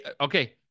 Okay